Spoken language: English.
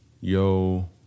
Yo